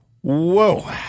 Whoa